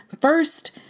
first